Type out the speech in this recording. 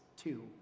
two